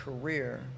career